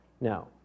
Now